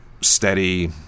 steady